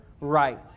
right